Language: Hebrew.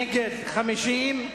נגד 50,